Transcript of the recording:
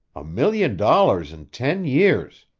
a million dollars in ten years!